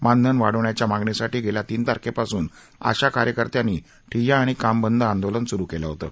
मानधन वाढवण्याच्या मागणीसाठी गेल्या तीन तारखेपासून आशा कार्यकर्त्यांनी ठिय्या आणि काम बंद आंदोलन सुरू केलं होतं